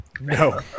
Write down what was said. No